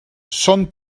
són